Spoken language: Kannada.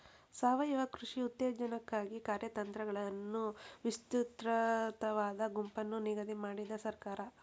ಸಾವಯವ ಕೃಷಿ ಉತ್ತೇಜನಕ್ಕಾಗಿ ಕಾರ್ಯತಂತ್ರಗಳನ್ನು ವಿಸ್ತೃತವಾದ ಗುಂಪನ್ನು ನಿಗದಿ ಮಾಡಿದೆ ಸರ್ಕಾರ